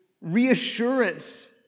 reassurance